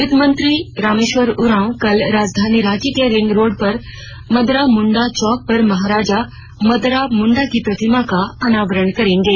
वित्त मंत्री रामेश्वर उरांव कल राजधानी रांची के रिंग रोड पर मदरा मुंडा चौक पर महाराजा मदरा मुंडा की प्रतिमा का अनावरण करेंगे